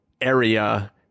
area